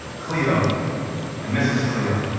cleo and mrs. cleo.